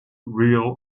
real